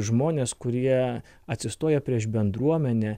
žmonės kurie atsistoja prieš bendruomenę